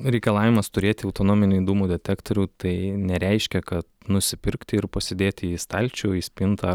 reikalavimas turėti autonominį dūmų detektorių tai nereiškia kad nusipirkti ir pasidėti į stalčių į spintą